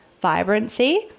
vibrancy